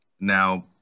Now